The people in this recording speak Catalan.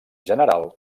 general